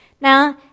Now